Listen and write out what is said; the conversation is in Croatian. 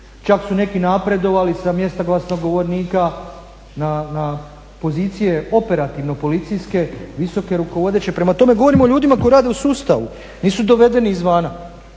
čak su neki napredovali sa mjesta glasnogovornika na pozicije operativno policijske visoke rukovodeće. Prema tome, govorim o ljudima koji rade u sustavu, nisu dovedeni izvana.